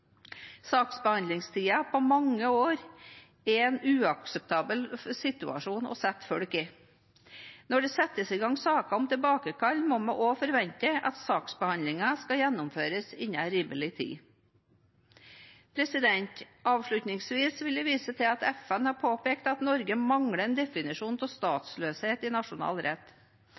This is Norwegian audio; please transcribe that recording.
på mange år er en uakseptabel situasjon å sette folk i. Når det settes i gang saker om tilbakekall, må vi også forvente at saksbehandlingen skal gjennomføres innen rimelig tid. Avslutningsvis vil jeg vise til at FN har påpekt at Norge mangler en definisjon av statsløshet i nasjonal rett.